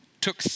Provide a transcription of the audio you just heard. took